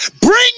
bring